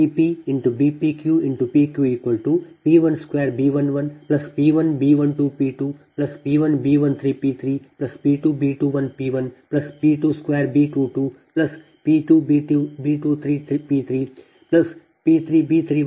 ಆದ್ದರಿಂದ ನೀವು ಇದನ್ನು ವಿಸ್ತರಿಸುತ್ತೀರಿ ಸರಿ